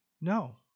No